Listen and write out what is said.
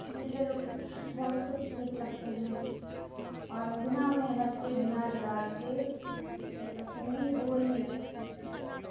جسے لوگ بہت کچھ سیکھ سکتے ہیں اور بنا محنت کے بنا ریاض کے مطلب سنگنگ ہو ہی نہیں سکتی